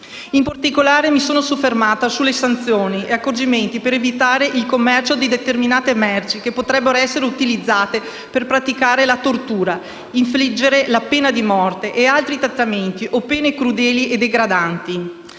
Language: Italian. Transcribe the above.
In particolare mi sono soffermata sulle sanzioni e sugli accorgimenti per evitare il commercio di determinate merci che potrebbero essere utilizzate per praticare la tortura, infliggere la pena di morte e altri trattamenti o pene crudeli e degradanti.